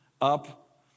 up